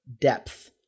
depth